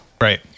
Right